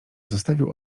zostawił